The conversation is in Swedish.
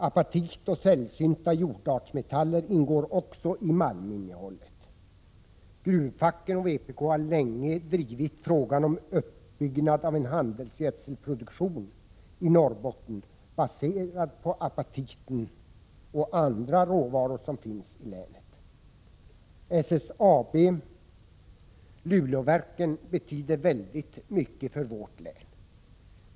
Apatit och sällsynta jordartsmetaller ingår också i malminnehållet. Gruvfacken och vpk har länge drivit frågan om uppbyggnad av handelsgödselproduktion i Norrbotten, baserad på apatiten och andra råvaror som finns i länet. SSAB-Luleåverken betyder väldigt mycket för vårt län.